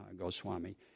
Goswami